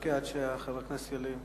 אחכה לחבר הכנסת.